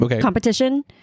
competition